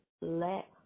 Let